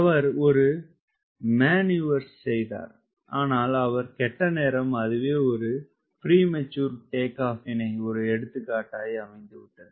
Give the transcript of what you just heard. அவர் ஒரு மேன்யூவர் செய்தார் ஆனால் அவர் கெட்ட நேரம் அதுவே ஒரு ப்ரீமெச்சூர் டேக் ஆப் ஒரு எடுத்துக்காட்டாய் அமைந்துவிட்டது